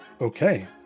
Okay